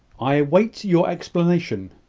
i wait your explanation.